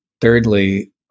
thirdly